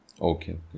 Okay